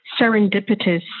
serendipitous